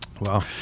Wow